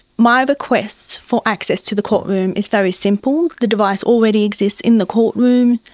my request for access to the courtroom is very simple. the device already exists in the courtroom,